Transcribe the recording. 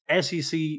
SEC